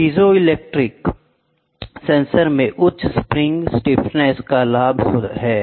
piezoelectric sensor में उच्च spring stiffness का लाभ है